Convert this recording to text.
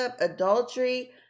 adultery